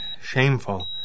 shameful